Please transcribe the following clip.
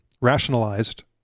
rationalized